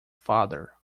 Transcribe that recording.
father